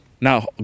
Now